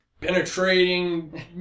penetrating